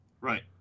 Right